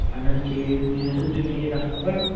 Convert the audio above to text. اَہَن حظ ٹھیٖک یہِ سا چھُ ٹھیٖک اَصٕل پٲٹھۍ